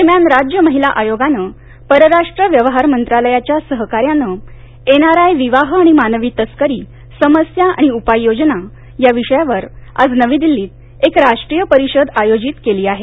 दरम्यान राज्य महिला आयोगानं परराष्ट्र व्यवहार मंत्रालयाच्या सहकार्यानं एनआरआय विवाह आणि मानवी तस्करी समस्या आणि उपाय योजना या विषयावर आज नविदिल्लीत एक राष्ट्रीय परिषद आयोजित केली आहे